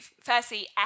firstly